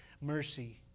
mercy